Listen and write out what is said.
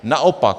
Naopak.